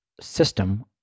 system